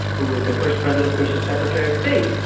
who was the first president bush's secretary of state,